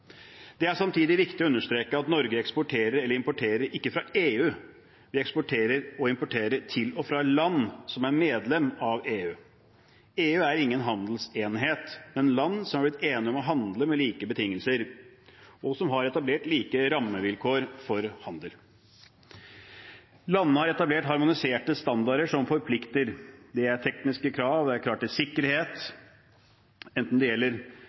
Det er samtidig viktig å understreke at Norge eksporterer eller importerer ikke til og fra EU. Vi eksporterer og importerer til og fra land som er medlem av EU. EU er ingen handelsenhet, men land som har blitt enige om å handle med like betingelser, og som har etablert like rammevilkår for handel. Landene har etablert harmoniserte standarder som forplikter. Det er tekniske krav, det er krav til sikkerhet enten det gjelder